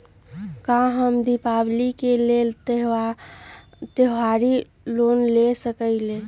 का हम दीपावली के लेल त्योहारी लोन ले सकई?